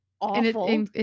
awful